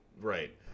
Right